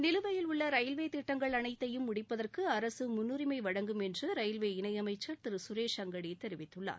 நிலுவையில் உள்ள ரயில்வே திட்டங்கள் அனைத்தையும் முடிப்பதற்கு அரசு முன்னுரிமை வழங்கும் என்று ரயில்வே இணையமைச்சர் திரு சுரேஷ் அங்கடி தெரிவித்தார்